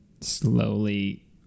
slowly